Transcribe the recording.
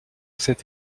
cet